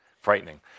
frightening